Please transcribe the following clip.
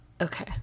Okay